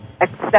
accept